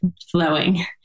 flowing